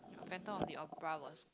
Phantom of the Opera was